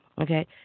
Okay